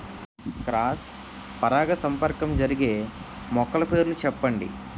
Cross పరాగసంపర్కం జరిగే మొక్కల పేర్లు చెప్పండి?